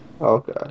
Okay